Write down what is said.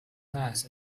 mass